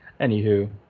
Anywho